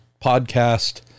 podcast